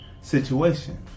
situation